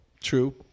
True